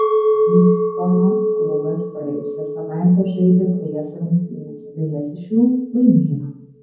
hjustono klubas praėjusią savaitę žaidė trejas rungtynes dvejas iš jų laimėjo